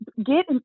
get